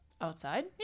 Outside